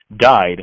died